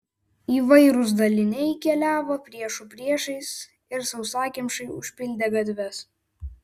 įvairūs daliniai keliavo priešų priešais ir sausakimšai užpildė gatves